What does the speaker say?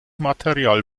material